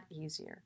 easier